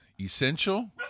essential